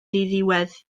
ddiddiwedd